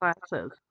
classes